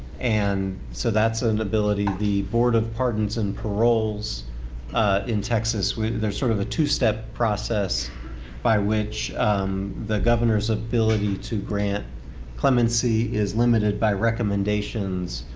and so that's an ability. the board of pardons and paroles in texas there's sort of a two-step process by which the governor's ability to grant clemency is limited by recommendations.